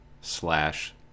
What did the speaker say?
slash